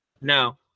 no